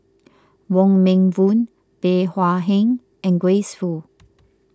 Wong Meng Voon Bey Hua Heng and Grace Fu